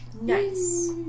Nice